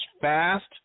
fast